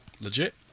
legit